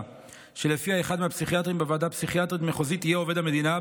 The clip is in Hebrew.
שלפיה אחד מהפסיכיאטרים בוועדה פסיכיאטרית מחוזית יהיה עובד המדינה,